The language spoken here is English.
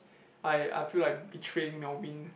I I feel like betraying Melvin